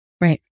Right